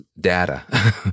data